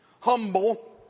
humble